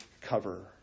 cover